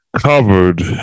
covered